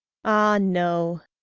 ah, no!